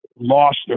lost